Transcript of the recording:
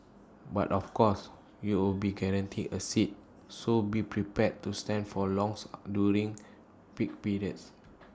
but of course you would be guaranteed A seat so be prepared to stand for long during peak periods